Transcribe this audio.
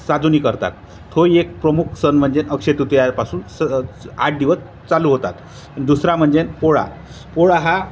साधुनी करतात तो एक प्रमुख सण म्हणजे अक्षयतृतियापासून स आठ दिवस चालू होतात दुसरा म्हणजे पोळा पोळा हा